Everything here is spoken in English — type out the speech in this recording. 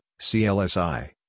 CLSI